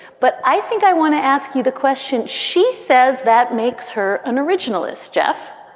but i think i want to ask you the question. she says that makes her an originalist. jeff,